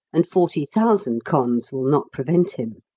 and forty thousand cons will not prevent him.